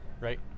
right